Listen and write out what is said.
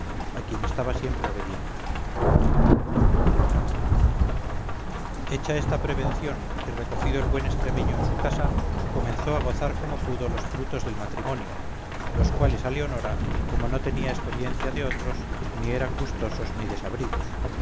a quien estaba siempre obediente hecha esta prevención y recogido el buen extremeño en su casa comenzó a gozar como pudo los frutos del matrimonio los cuales a leonora como no tenía experiencia de otros ni eran gustosos ni desabridos